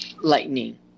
lightning